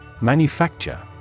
Manufacture